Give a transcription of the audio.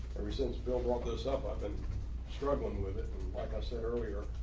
ever since bill brought this up, i've been struggling with it. and like i said earlier,